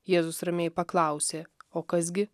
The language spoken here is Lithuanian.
jėzus ramiai paklausė o kas gi